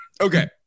okay